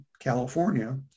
California